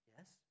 Yes